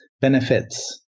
benefits